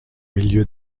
milieu